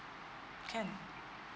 can